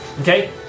Okay